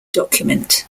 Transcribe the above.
document